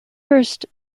first